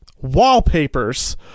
wallpapers